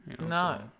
No